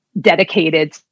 dedicated